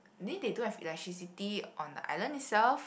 they they don't have electricity on the island itself